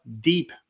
deep